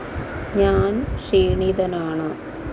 ഞാൻ ക്ഷീണിതനാണ്